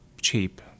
cheap